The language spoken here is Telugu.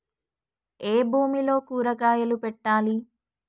ఏ భూమిలో కూరగాయలు పెట్టాలి?